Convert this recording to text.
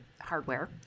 hardware